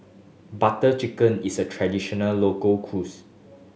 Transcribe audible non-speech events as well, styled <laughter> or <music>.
Butter Chicken is a traditional local <unintelligible>